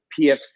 PFC